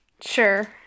Sure